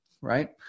right